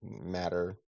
matter